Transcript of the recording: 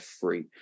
free